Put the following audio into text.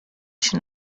się